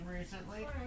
recently